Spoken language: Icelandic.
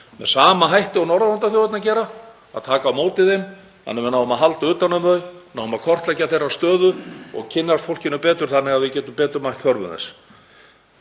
með sama hætti og Norðurlandaþjóðirnar gera. Taka á móti þeim þannig að við náum að halda utan um þau, náum að kortleggja stöðu þeirra og kynnast fólkinu betur þannig að við getum betur mætt þörfum þess.